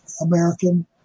American